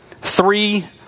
three